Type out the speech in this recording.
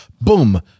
boom